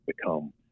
become